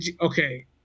Okay